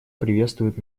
приветствует